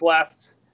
left